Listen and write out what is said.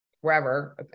wherever